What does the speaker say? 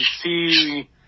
see